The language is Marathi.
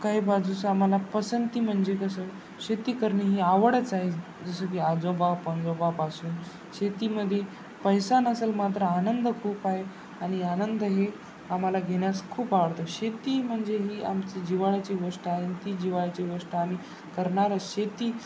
काही बाजूचं आम्हाला पसंती म्हणजे कसं शेती करणे ही आवडच आहे जसं की आजोबा पणजोबापासून शेतीमध्ये पैसा नसेल मात्र आनंद खूप आहे आणि आनंद हे आम्हाला घेण्यास खूप आवडतं शेती म्हणजे ही आमची जिव्हाळ्याची गोष्ट आहे ती जिव्हाळ्याची गोष्ट आम्ही करणारच शेती